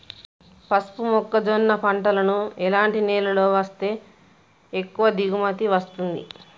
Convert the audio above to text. పసుపు మొక్క జొన్న పంటలను ఎలాంటి నేలలో వేస్తే ఎక్కువ దిగుమతి వస్తుంది?